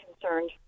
concerned